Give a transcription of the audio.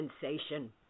sensation